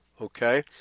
Okay